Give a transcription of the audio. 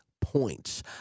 points